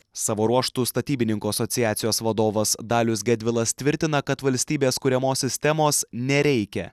savo ruožtu statybininkų asociacijos vadovas dalius gedvilas tvirtina kad valstybės kuriamos sistemos nereikia